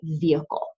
vehicle